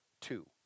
two